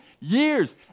years